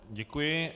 Děkuji.